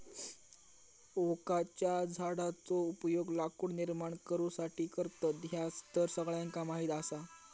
ओकाच्या झाडाचो उपयोग लाकूड निर्माण करुसाठी करतत, ह्या तर सगळ्यांका माहीत आसा